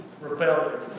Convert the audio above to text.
rebellion